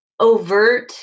overt